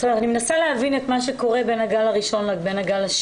אני מנסה להבין את מה שקורה בין הגל הראשון לגל השני.